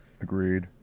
agreed